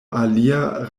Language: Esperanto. alia